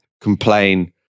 complain